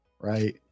Right